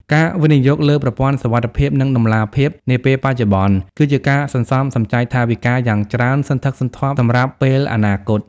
ការវិនិយោគលើ "ប្រព័ន្ធសុវត្ថិភាព និងតម្លាភាព" នាពេលបច្ចុប្បន្ន គឺជាការសន្សំសំចៃថវិកាយ៉ាងច្រើនសន្ធឹកសន្ធាប់សម្រាប់ពេលអនាគត។